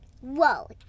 Whoa